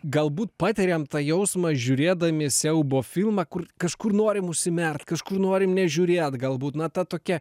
galbūt patiriam tą jausmą žiūrėdami siaubo filmą kur kažkur norim užsimerkt kažkur norim nežiūrėt galbūt na ta tokia